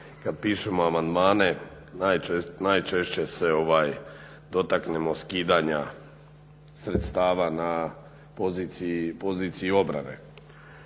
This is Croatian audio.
kad pišemo amandmane najčešće se dotaknemo skidanja sredstava na poziciji obrane.